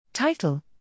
Title